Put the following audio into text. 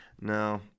No